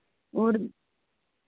और